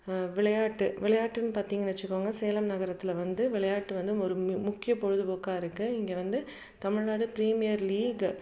விளையாட்டு விளையாட்டுன்னு பார்த்திங்கன்னு வச்சுக்கோங்க சேலம் நகரத்தில் வந்து விளையாட்டு வந்து ஒரு மி முக்கிய பொழுதுபோக்காக இருக்குது இங்கே வந்து தமிழ்நாடு ப்ரீமியர் லீக்